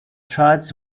charles